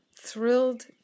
thrilled